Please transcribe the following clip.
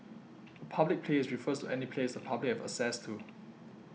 a public place refers to any place the public have access to